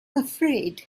afraid